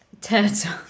Turtle